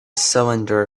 cylinder